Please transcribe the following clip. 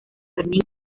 fermín